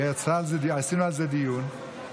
עשינו על זה דיון.